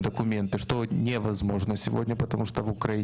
שזה בלתי אפשרי.